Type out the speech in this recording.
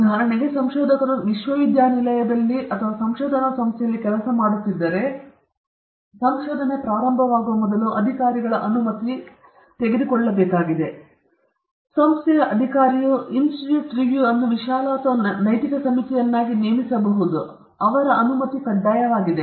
ಉದಾಹರಣೆಗಾಗಿ ಸಂಶೋಧಕರು ವಿಶ್ವವಿದ್ಯಾನಿಲಯದಲ್ಲಿ ಅಥವಾ ಸಂಶೋಧನಾ ಸಂಸ್ಥೆಯಲ್ಲಿ ಕೆಲಸ ಮಾಡುತ್ತಿದ್ದರೆ ಸಂಶೋಧನೆ ಪ್ರಾರಂಭವಾಗುವ ಮೊದಲು ಅಧಿಕಾರಿಗಳ ಅನುಮತಿ ಸಂಸ್ಥೆಯ ಅಧಿಕಾರಿಗಳು ತೆಗೆದುಕೊಳ್ಳಬೇಕಾಗಿದೆ ಸಂಸ್ಥೆಯ ಅಧಿಕಾರಿಯು ಇನ್ಸ್ಟಿಟ್ಯೂಟ್ ರಿವ್ಯೂ ಅನ್ನು ವಿಶಾಲ ಅಥವಾ ನೈತಿಕ ಸಮಿತಿಯನ್ನಾಗಿ ನೇಮಿಸಬಹುದೆಂಬ ಅರ್ಥದಲ್ಲಿ ಅವರ ಅನುಮತಿ ಕಡ್ಡಾಯವಾಗಿದೆ